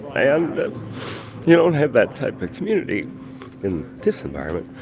and you don't have that type of community in this environment.